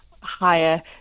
higher